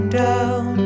down